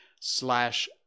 slash